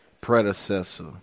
predecessor